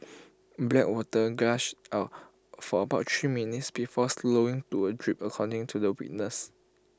black water gushed out for about three minutes before slowing to A drip according to the witness